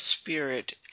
spirit